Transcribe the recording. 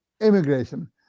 immigration